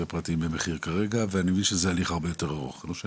הפרטיים ואני מבין שזה הליך מורכב,